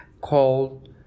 called